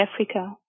Africa